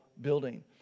building